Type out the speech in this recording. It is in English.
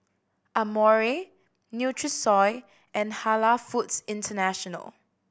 Amore Nutrisoy and Halal Foods International